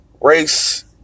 race